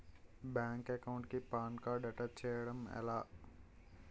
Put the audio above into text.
Bank account కి PAN card attach చేయడం ఎలా?